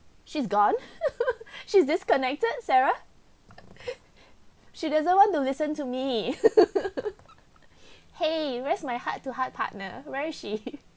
she's gone she's disconnected sarah she doesn't want to listen to me !hey! where's my heart to heart partner where is she